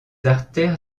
artères